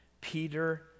Peter